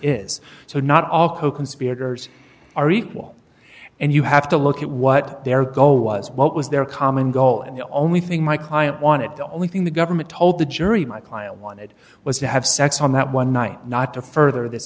coconspirators are equal and you have to look at what their goal was what was their common goal and the only thing my client wanted the only thing the government told the jury my client wanted was to have sex on that one night not to further th